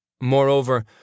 Moreover